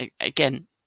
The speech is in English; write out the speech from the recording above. again